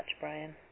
Brian